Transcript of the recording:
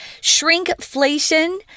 shrinkflation